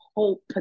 hope